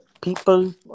people